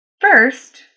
First